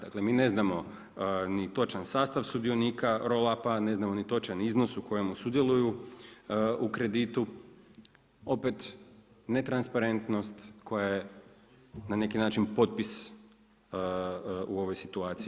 Dakle mi ne znamo ni točan sastav sudionika roll up-a, ne znamo ni točan iznos u kojemu sudjeluju u kreditu, opet netransparentnost koja je na neki način potpis u ovoj situaciji.